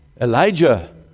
Elijah